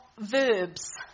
verbs